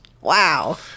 Wow